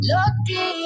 Lucky